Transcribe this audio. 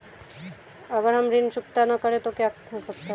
अगर हम ऋण चुकता न करें तो क्या हो सकता है?